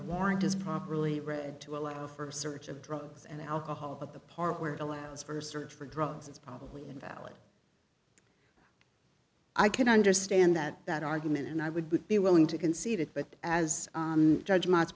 warrant is properly read to allow for a search of drugs and alcohol of the part where it allows for search for drugs it's probably invalid i can understand that that argument and i would be willing to concede it but as judge